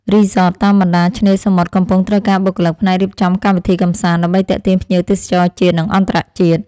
រីសតតាមបណ្តោយឆ្នេរសមុទ្រកំពុងត្រូវការបុគ្គលិកផ្នែករៀបចំកម្មវិធីកម្សាន្ត ដើម្បីទាក់ទាញភ្ញៀវទេសចរជាតិ និងអន្តរជាតិ។